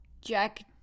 Jack